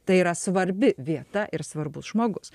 tai yra svarbi vieta ir svarbus žmogus